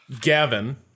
Gavin